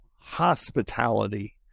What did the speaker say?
hospitality